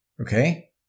Okay